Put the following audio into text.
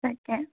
তাকে